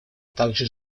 также